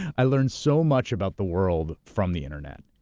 i learned so much about the world from the internet,